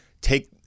take